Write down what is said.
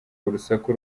urusaku